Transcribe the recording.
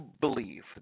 believe